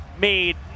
made